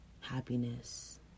happiness